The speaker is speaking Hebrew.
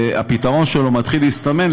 הפתרון שלו מתחיל להסתמן,